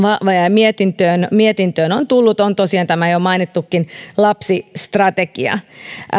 mietintöön mietintöön on tullut on tosiaan tämä jo mainittukin lapsistrategia